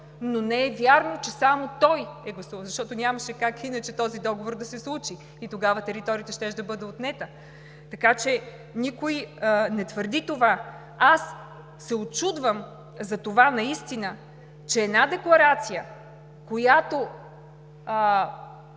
но не е вярно, че само той е гласувал, защото нямаше как иначе този договор да се случи и тогава територията щеше да бъде отнета. Така че никой не твърди това. Аз се учудвам наистина затова, че една декларация, която